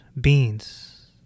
beans